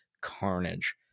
Carnage